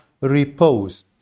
repose